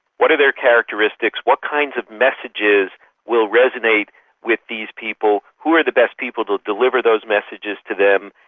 what are their characteristics, what kind of messages will resonate with these people, who are the best people to deliver those messages to them,